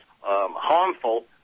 harmful